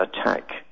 attack